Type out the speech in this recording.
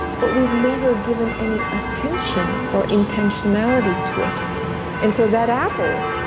but we've never given any attention or intentionality to it and so that apple,